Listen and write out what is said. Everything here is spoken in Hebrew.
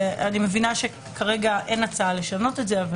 אני מבינה שכרגע אין הצעה לשנות את זה אבל